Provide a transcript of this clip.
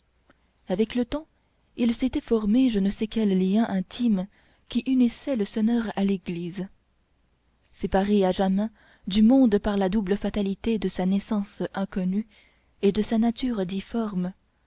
avec le temps il s'était formé je ne sais quel lien intime qui unissait le sonneur à l'église séparé à jamais du monde par la double fatalité de sa naissance inconnue et de sa nature difforme